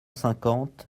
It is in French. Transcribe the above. cinquante